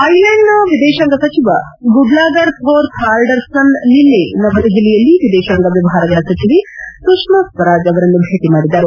ಐಲ್ಲಾಂಡ್ನ ವಿದೇಶಾಂಗ ಸಚಿವ Gudlaugur Thor Thordarson ನಿನ್ನೆ ನವದೆಹಲಿಯಲ್ಲಿ ವಿದೇಶಾಂಗ ವ್ವವಹಾರಗಳ ಸಚಿವೆ ಸುಷ್ಕಾ ಸ್ವರಾಜ್ ಅವರನ್ನು ಭೇಟ ಮಾಡಿದರು